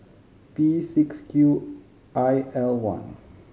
P six Q I L one